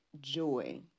joy